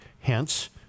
Hence